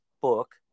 book